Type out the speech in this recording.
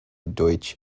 deutsch